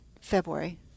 february